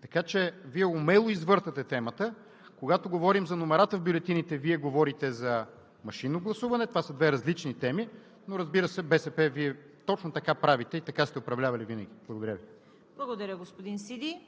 Така че Вие умело извъртате темата – когато говорим за номерата в бюлетините, Вие говорите за машинно гласуване – това са две различни теми, но, разбира се, Вие от БСП точно така правите и така сте управлявали винаги. Благодаря Ви. ПРЕДСЕДАТЕЛ ЦВЕТА КАРАЯНЧЕВА: Благодаря, господин Сиди.